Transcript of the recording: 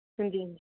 हां जी हां जी